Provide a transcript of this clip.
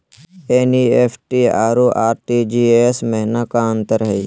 NEFT अरु RTGS महिना का अंतर हई?